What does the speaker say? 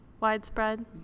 widespread